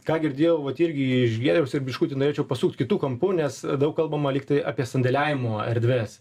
ką girdėjau vat irgi iš giedriaus ir biškutį norėčiau pasukt kitu kampu nes daug kalbama lygtai apie sandėliavimo erdves